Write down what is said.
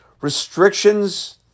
Restrictions